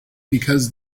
because